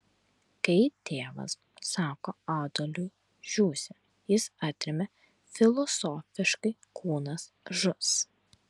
kai tėvas sako adoliui žūsi jis atremia filosofiškai kūnas žus